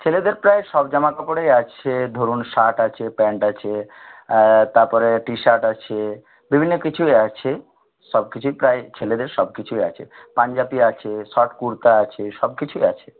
ছেলেদের প্রায় সব জামাকাপড়ই আছে ধরুন শার্ট আছে প্যান্ট আছে তার পরে টিশার্ট আছে বিভিন্ন কিছুই আছে সব কিছুই প্রায় ছেলেদের সব কিছুই আছে পাঞ্জাবী আছে শর্ট কুর্তা আছে সব কিছুই আছে